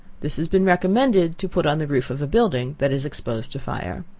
this has been recommended to put on the roof of a building that is exposed to fire.